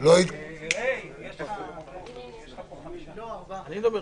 הרוויזיה לא אושרה.